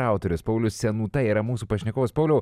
autorius paulius senūta yra mūsų pašnekovas pauliau